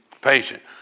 patient